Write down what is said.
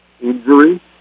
injury